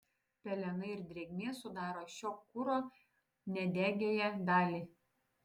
pelenai ir drėgmė sudaro šio kuro nedegiąją dalį